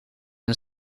een